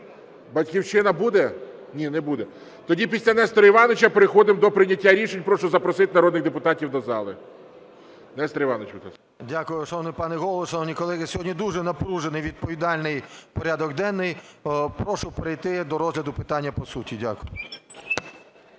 "Батьківщина" буде? Ні, не буде. Тоді після Нестора Івановича переходимо до прийняття рішення. Прошу запросити народних депутатів до зали. Нестор Іванович, будь ласка. 11:31:04 ШУФРИЧ Н.І. Дякую. Шановний пане Голово, шановні колеги, сьогодні дуже напружений відповідальний порядок денний. Прошу перейти до розгляду питання по суті. Дякую.